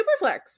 Superflex